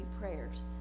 prayers